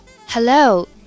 Hello